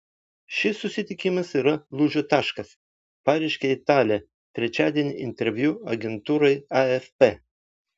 šis susitikimas yra lūžio taškas pareiškė italė trečiadienį interviu agentūrai afp